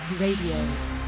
Radio